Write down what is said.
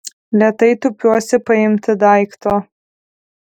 lėtai tūpiuosi paimti daikto